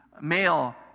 male